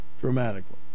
dramatically